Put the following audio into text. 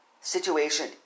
situation